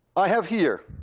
i have here.